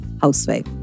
housewife